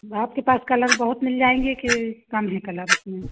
आपके पास कलर बहुत मिल जाएँगे कि कम है कलर उसमें